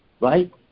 right